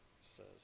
says